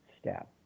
step